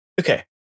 okay